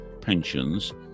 pensions